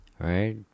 Right